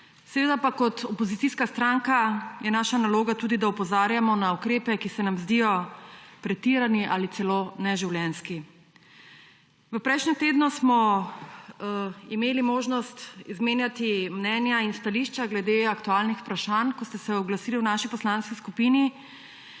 naloga kot opozicijske stranke tudi, da opozarjamo na ukrepe, ki se nam zdijo pretirani ali celo neživljenjski. V prejšnjem tednu smo imeli možnost izmenjati mnenja in stališča glede aktualnih vprašanj, ko ste se oglasili v naši poslanski skupini,